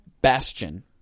Bastion